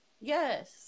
Yes